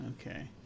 Okay